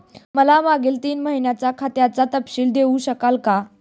मला मागील तीन महिन्यांचा खात्याचा तपशील देऊ शकाल का?